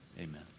Amen